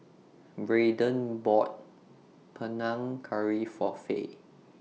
Brayden bought Panang Curry For Fay